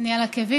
אני על עקבים,